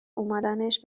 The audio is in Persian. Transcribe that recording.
اومدنش